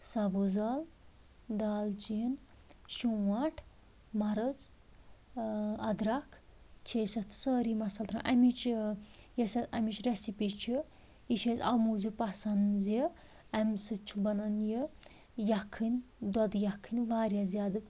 سَبٕز عٲل دال چیٖن شونٛٹھ مَرٕژ اَدرَکھ چھِ أسۍ اَتھ سٲری مَصال ترٛا اَمی چھِ یۄس اَمِچ رٮ۪سِپی چھِ یہِ چھِ اَسہِ اَوٕ موٗجوٗب پَسَنٛد زِ اَمہِ سۭتۍ چھُ بَنان یہِ یَکھٕنۍ دۄدٕ یَکھٕنۍ واریاہ زیادٕ